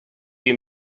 you